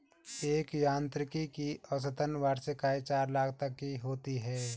एक यांत्रिकी की औसतन वार्षिक आय चार लाख तक की होती है